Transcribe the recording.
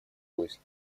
поиски